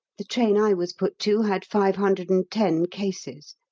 the train i was put to had five hundred and ten cases.